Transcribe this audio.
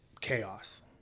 chaos